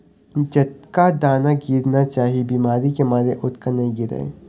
जतका दाना गिरना चाही बिमारी के मारे ओतका नइ गिरय